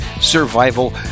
Survival